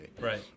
Right